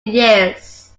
years